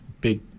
big